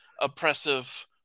oppressive